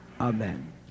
amen